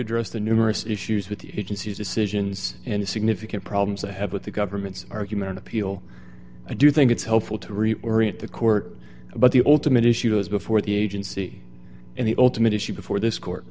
address the numerous issues with the agency's decisions and significant problems i have with the government's argument in appeal i do think it's helpful to reorient the court but the ultimate issue goes before the agency and the ultimate issue before this court